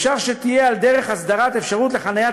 אפשר שתהיה על דרך הסדרת אפשרות לחניית